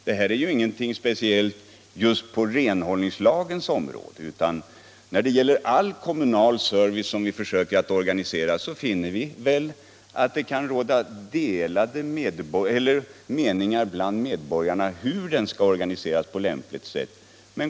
Detta är inte något speciellt för renhållningslagens område. När det gäller all kommunal service kan det råda delade meningar bland medborgarna om hur den lämpligen skall organiseras.